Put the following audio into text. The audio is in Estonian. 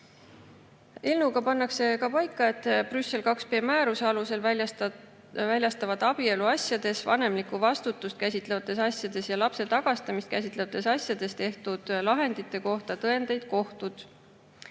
Eelnõuga pannakse paika, et Brüssel IIb määruse alusel väljastavad abieluasjades, vanemlikku vastutust käsitlevates asjades ja lapse tagastamist käsitlevates asjades tehtud lahendite kohta tõendeid kohtud.